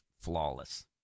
flawless